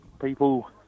people